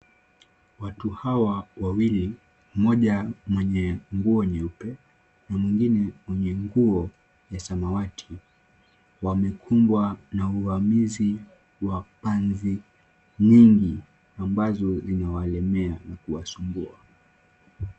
Watu hawa wawili, mmoja mwenye nguo nyeupe na mwingine mwenye nguo ya samawati wamekumbwa na uhamizi wa panzi nyingi ambazo zimewalemea na kuwasumbua.